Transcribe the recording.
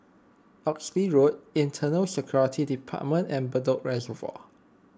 Oxley Road Internal Security Department and Bedok Reservoir